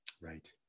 right